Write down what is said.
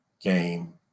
game